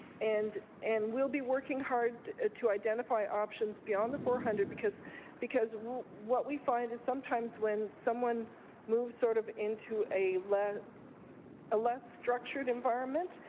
and and we'll be working hard to identify options beyond the four hundred, because because what we find is sometimes when someone moves sort of into a less less structured environment,